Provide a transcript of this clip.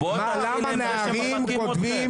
למה נערים כותבים